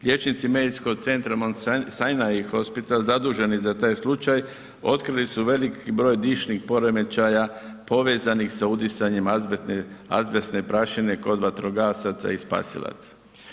Liječnici medicinskog centra ... i ... zaduženi za taj slučaj otkrili su velik broj dišnih poremećaja povezanih sa udisanjem azbestne prašine kod vatrogasaca i spasilaca.